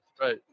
right